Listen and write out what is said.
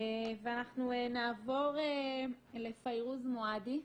ואנחנו נעבור לפיירוז מועדי,